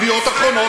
"ידיעות אחרונות".